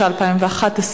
התשע"א 2011,